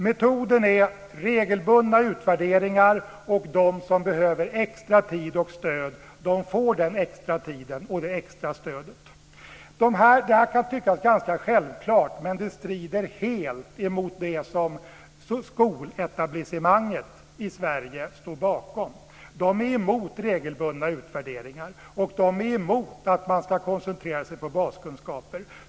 Metoden är regelbundna utvärderingar, och de som behöver extra tid och stöd får den extra tiden och det extra stödet. Det här kan tyckas ganska självklart. Det strider helt mot det som skoletablissemanget i Sverige står bakom. De är emot regelbundna utvärderingar. De är emot att koncentrera sig på baskunskaper.